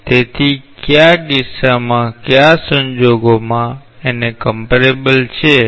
તેથી કયા કિસ્સામાં કયા સંજોગોમાં તેઓ તુલનાત્મક છે